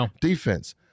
defense